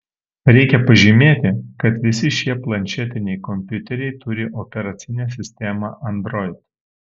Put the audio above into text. reikia pažymėti kad visi šie planšetiniai kompiuteriai turi operacinę sistemą android